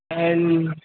and